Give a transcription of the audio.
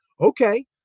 Okay